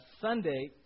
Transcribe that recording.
Sunday